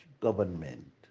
government